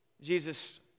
Jesus